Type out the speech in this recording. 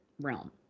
realm